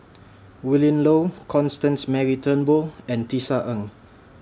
Willin Low Constance Mary Turnbull and Tisa Ng